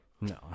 No